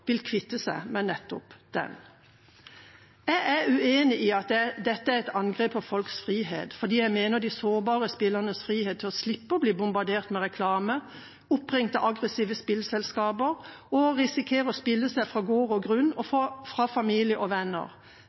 vil kvitte seg med nettopp den. Jeg er uenig i at dette er angrep på folks frihet, for jeg mener at de sårbare spillernes frihet til å slippe å bli bombardert med reklame, bli oppringt av aggressive spillselskaper og risikere å spille seg fra gård og grunn og fra familie og venner